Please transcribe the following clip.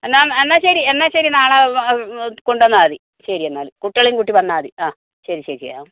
എന്നാൽ എന്നാൽ ശരി എന്നാൽ ശരി നാളെ കൊണ്ട് വന്നാൽ മതി ശരി എന്നാൽ കുട്ടികളേയും കൂട്ടി വന്നാൽ മതി ആ ശരി ശരി